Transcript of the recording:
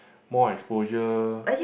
more exposure